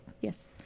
Yes